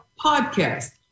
podcast